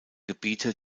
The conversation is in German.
gebiete